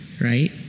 right